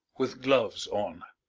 with gloves on.